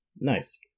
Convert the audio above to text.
Nice